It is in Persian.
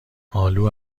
آلو